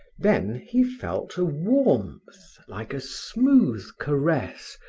then he felt a warmth, like a smooth caress,